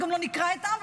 גם לא נקרע את העם,